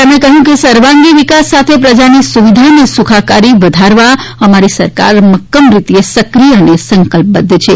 તેમણે કહ્યું સર્વાગી વિકાસ સાથે પ્રજાની સુવિધા અને સુખાકારી વધારવા અમારી સરકાર મક્કમ રીતે સક્રિય અને સંકલ્પબધ્ધ છે